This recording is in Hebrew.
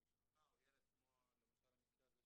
שמשפחה או ילד, כמו למשל המקרה הזה